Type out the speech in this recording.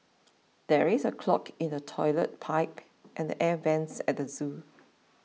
there is a clog in the Toilet Pipe and the Air Vents at zoo